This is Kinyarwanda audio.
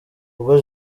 ubwo